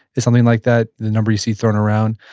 it's something like that, the number you see thrown around.